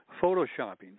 Photoshopping